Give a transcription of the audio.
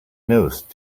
nose